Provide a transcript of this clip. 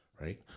Right